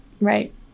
right